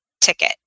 ticket